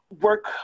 work